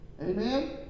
Amen